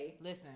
Listen